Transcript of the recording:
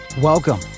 Welcome